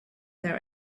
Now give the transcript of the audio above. their